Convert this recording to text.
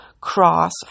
cross